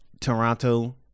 Toronto